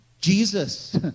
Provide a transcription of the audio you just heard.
Jesus